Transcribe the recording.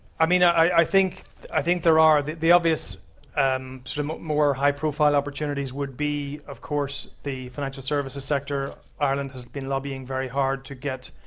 i mean i think i think there are the the obvious and sort of more high profile opportunities would be of course the financial services sector. ireland has been lobbying very hard to get